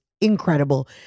incredible